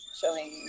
showing